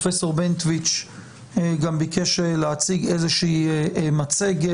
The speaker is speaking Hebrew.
פרופ' בנטואיץ גם ביקש להציג איזה מצגת.